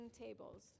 tables